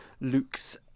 Luke's